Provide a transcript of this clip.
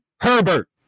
Herbert